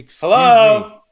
Hello